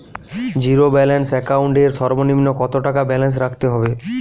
Zero balance account এর সর্বনিম্ন কত টাকা ব্যালেন্স রাখতে হবে?